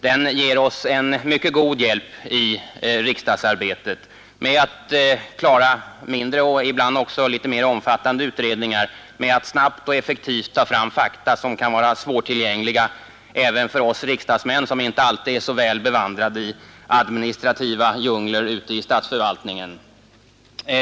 Den ger oss en mycket god hjälp i riksdagsarbetet med att klara mindre och ibland också litet mera omfattande utredningar, med att snabbt och effektivt ta fram fakta som kan vara svårtillgängliga för oss riksdagsmän som inte alltid är så väl bevandrade i administrativa djungler ute i statsförvaltningen.